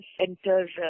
enter